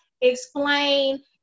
explain